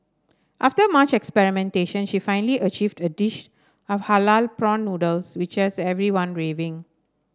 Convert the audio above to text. after much experimentation she finally achieved a dish of halal prawn noodles which has everyone raving